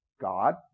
God